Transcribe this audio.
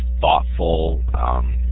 thoughtful